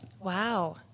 Wow